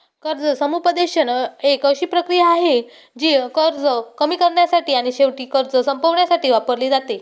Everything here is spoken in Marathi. कर्ज समुपदेशन एक अशी प्रक्रिया आहे, जी कर्ज कमी करण्यासाठी आणि शेवटी कर्ज संपवण्यासाठी वापरली जाते